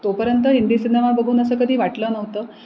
तोपर्यंत हिंदी सिनेमा बघून असं कधी वाटलं नव्हतं